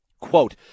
Quote